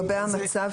לגבי המצב